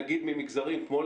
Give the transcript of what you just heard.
נגיד ממגזרים כמו,